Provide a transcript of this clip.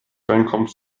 reinkommt